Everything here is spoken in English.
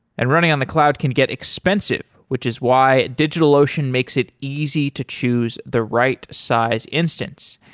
and running on the cloud can get expensive, which is why digitalocean makes it easy to choose the right size instance,